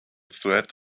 threat